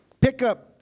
Pickup